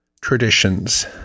traditions